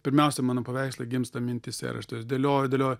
pirmiausia mano paveikslai gimsta mintyse ir aš dėlioju dėlioju